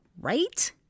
right